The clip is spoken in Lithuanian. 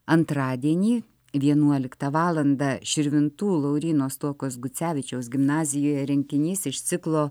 antradienį vienuoliktą valandą širvintų lauryno stuokos gucevičiaus gimnazijoje renginys iš ciklo